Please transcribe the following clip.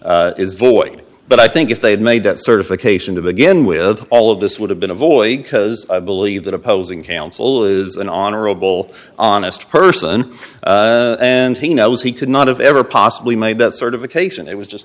is void but i think if they had made that certification to begin with all of this would have been avoided because i believe that opposing counsel is an honorable honest person and he knows he could not have ever possibly made that sort of a case and it was just